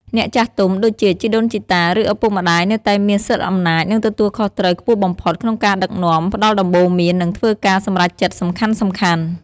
អ្នកចាស់ទុំ ដូចជា ជីដូនជីតា ឬ ឪពុកម្ដាយ នៅតែមាន សិទ្ធិអំណាច និងទំនួលខុសត្រូវខ្ពស់បំផុត ក្នុងការដឹកនាំ ផ្ដល់ដំបូន្មាន និងធ្វើការសម្រេចចិត្តសំខាន់ៗ។